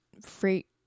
freight